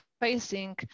facing